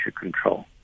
control